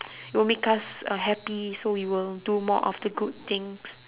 will make us uh happy so we will do more of the good things